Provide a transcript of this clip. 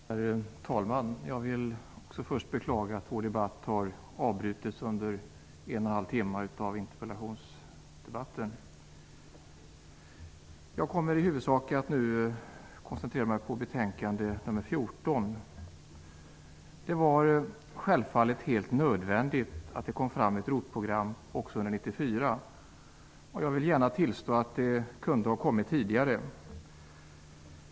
Herr talman! Jag vill först beklaga att vår diskussion avbrutits under en och en halv timme av interpellationsdebatter. Jag kommer i huvudsak att koncentrera mig på betänkandet nr 14. Det var självfallet helt nödvändigt att det lades fram ett ROT-program också under 1994, och jag vill gärna tillstå att det kunde ha kommit tidigare.